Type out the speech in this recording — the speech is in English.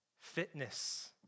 fitness